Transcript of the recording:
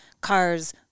cars